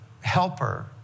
helper